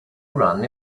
run